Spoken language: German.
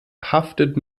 haftet